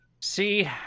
See